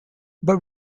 but